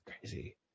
crazy